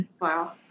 Wow